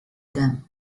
them